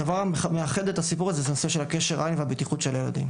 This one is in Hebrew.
הדבר המאחד את הסיפור הזה זה הנושא של קשר העין והבטיחות של הילדים.